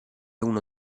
uno